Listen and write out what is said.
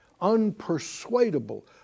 Unpersuadable